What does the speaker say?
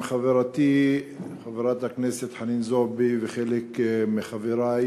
עם חברתי חברת הכנסת חנין זועבי וחלק מחברי,